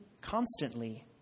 constantly